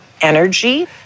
energy